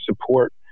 support